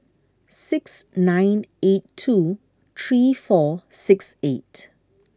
six nine eight two three four six eight